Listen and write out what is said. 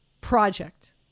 project